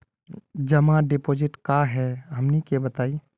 जमा डिपोजिट का हे हमनी के बताई?